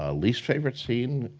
ah least favorite scene.